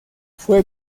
fue